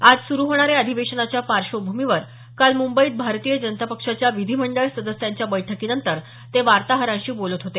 आज सुरु होणाऱ्या अधिवेशनाच्या पार्श्वभूमीवर काल मुंबईत भारतीय जनता पक्षाच्या विधिमंडळ सदस्यांच्या बैठकीनंतर ते वार्ताहरांशी बोलत होते